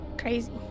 Crazy